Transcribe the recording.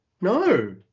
No